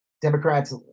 democrats